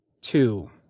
two